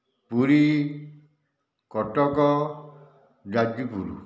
Puri Cuttack Jajpur